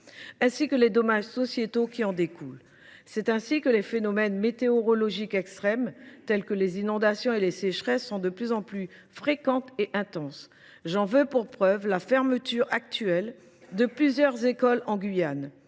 ainsi que les dommages sociétaux qui en découlent ». C’est ainsi que les phénomènes météorologiques extrêmes, tels que les inondations et les sécheresses, sont de plus en plus fréquents et intenses. J’en veux pour preuve la fermeture actuelle de plusieurs écoles en Guyane